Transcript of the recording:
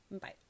Bye